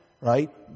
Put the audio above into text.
right